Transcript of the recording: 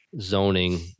zoning